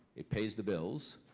it pays the bills,